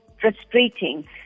frustrating